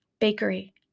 bakery